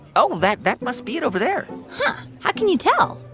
oh, that that must be it over there but how can you tell?